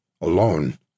alone